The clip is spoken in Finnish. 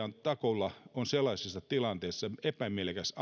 on takuulla sellaisessa tilanteessa epämiellyttävässä